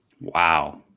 Wow